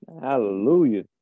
Hallelujah